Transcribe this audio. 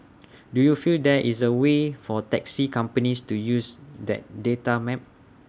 do you feel there is A way for taxi companies to use that data map